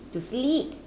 to sleep